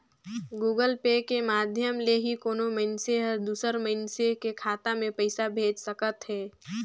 Google Pay के माधियम ले ही कोनो मइनसे हर दूसर मइनसे के खाता में पइसा भेज सकत हें